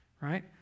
right